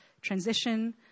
transition